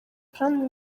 kandi